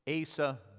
Asa